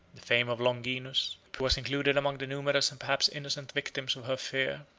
the fame of longinus, who was included among the numerous and perhaps innocent victims of her fear,